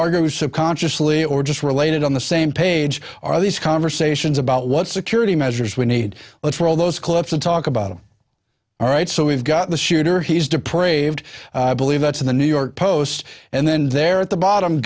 argue subconsciously or just related on the same page are these conversations about what security measures we need but for all those clips to talk about i'm all right so we've got the shooter he's dupr ved believe that's the new york post and then there at the bottom